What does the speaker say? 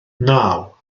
naw